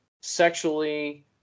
sexually